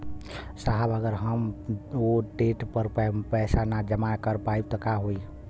साहब अगर हम ओ देट पर पैसाना जमा कर पाइब त का होइ?